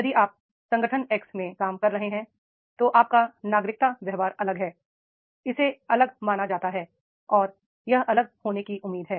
यदि आप संगठन एक्स में काम कर रहे हैं तो आपका नागरिकता व्यवहार अलग है इसे अलग माना जाता है और यह अलग होने की उम्मीद है